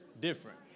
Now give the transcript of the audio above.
different